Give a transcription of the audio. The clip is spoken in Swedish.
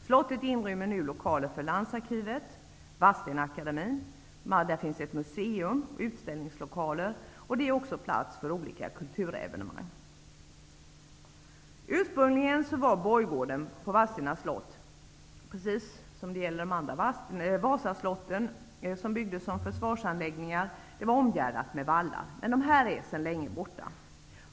Slottet inrymmer numera lokaler för landsarkivet och Vadstena-Akademien. Vidare finns det ett museum och utställningslokaler i slottet. Slottet ger också plats för olika kulturevenemang. Ursprungligen var Vadstena slotts borggård, precis som när det gäller övriga Vasaslott som byggdes som försvarsanläggningar, omgärdad av vallar. Men de är sedan länge borta.